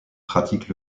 pratique